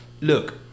Look